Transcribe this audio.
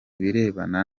birebana